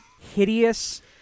hideous